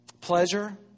Pleasure